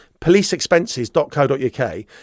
policeexpenses.co.uk